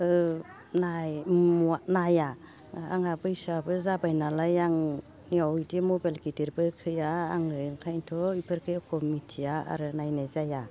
ओ नाया आंहा बैसोआबो जाबाय नालाय आंनियाव इदि मबाइल गिदिरबो गैया आङो ओंखाइनथ' इफोरखो एख' मिथिया आरो नायनाय जाया